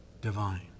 divine